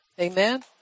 Amen